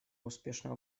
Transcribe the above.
успешно